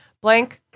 Blank